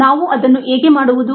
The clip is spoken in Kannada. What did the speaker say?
ನಾವು ಅದನ್ನು ಹೇಗೆ ಮಾಡುವುದು